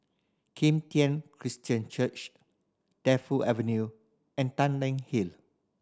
Kim Tian Christian Church Defu Avenue and Tanglin Hill